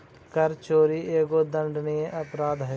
कर चोरी एगो दंडनीय अपराध हई